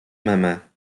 memy